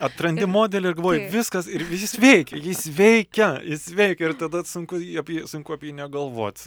atrandi modelį ir galvoji viskas ir jis veikia jis veikia jis veikia ir tada sunku jį apie jį sunku apie jį negalvot